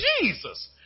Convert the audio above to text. Jesus